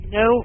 no